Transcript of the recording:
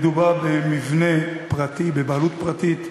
מדובר במבנה פרטי,